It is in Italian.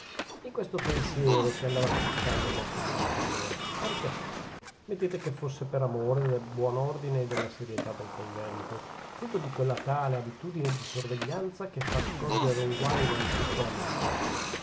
in questo pensiero si andava crucciando il nostro degno priore perchè mettete che fosse per amore del buon ordine e della serietà del convento frutto di quella tale abitudine di sorveglianza che fa scorgere un guaio in ogni piccola novità